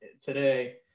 today